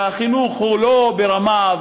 החינוך הוא לא ברמה,